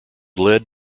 led